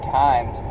times